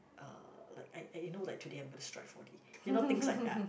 uh like I I you know that today I am going to strive for it you know things like that